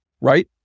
right